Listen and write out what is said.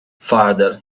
further